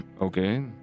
Okay